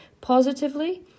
positively